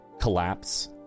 collapse